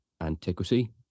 antiquity